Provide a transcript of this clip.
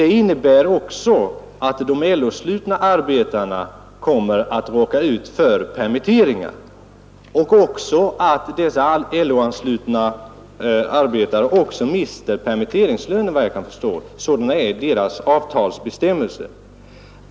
Det innebär att de LO-anslutna arbetarna därmed kommer att råka ut för permitteringar, varvid de, enligt vad jag kan förstå, också mister sin permitteringslön, eftersom avtalsbestämmelserna är sådana.